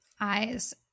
Eyes